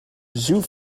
zoos